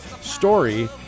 story